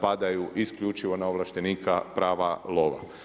padaju isključivo na ovlaštenika prava lova.